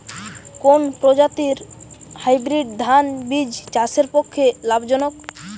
কোন প্রজাতীর হাইব্রিড ধান বীজ চাষের পক্ষে লাভজনক?